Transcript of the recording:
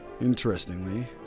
Interestingly